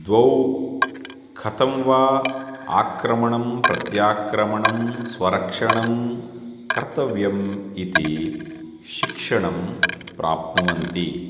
द्वौ कथं वा आक्रमणं प्रत्याक्रमणं स्वरक्षणं कर्तव्यम् इति शिक्षणं प्राप्नुवन्ति